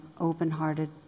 open-hearted